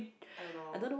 I don't know